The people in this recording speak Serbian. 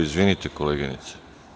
Izvinite, koleginice.